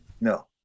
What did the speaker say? No